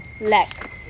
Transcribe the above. leg